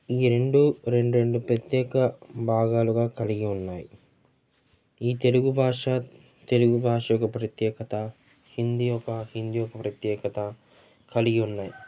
ఈ రెండు రెండు రెండు ప్రత్యేక భాగాలుగా కలిగి ఉన్నాయి ఈ తెలుగు భాష తెలుగు భాష యొక్క ప్రత్యేకత హిందీ ఒక హిందీ యొక్క ప్రత్యేకత కలిగి ఉన్నాయి